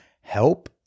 help